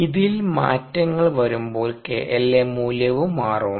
ഇതിൽ മാറ്റങ്ങൾ വരുമ്പോൾ kLa മൂല്യവും മാറും